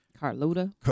Carlota